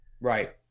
Right